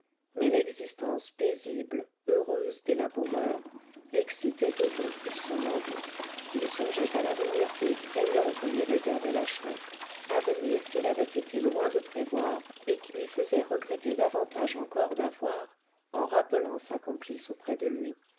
mais l'existence paisible heureuse des laboureurs excitait d'autant plus son envie qu'il songeait à l'avenir effrayant que lui réservait la chouette avenir qu'il avait été loin de prévoir et qui lui faisait regretter davantage encore d'avoir en rappelant sa complice auprès de lui